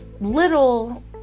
little